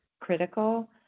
critical